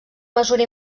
mesura